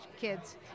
kids